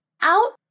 Out